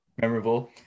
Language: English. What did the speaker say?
Memorable